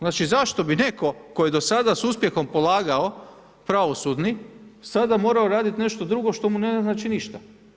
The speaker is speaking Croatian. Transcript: Znači zašto bi netko tko je do sada s uspjehom polagao pravosudni sada morao raditi nešto drugo što mu ne znači ništa?